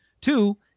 Two